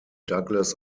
douglas